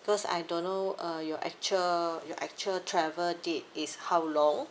because I don't know uh your actual your actual travel date is how long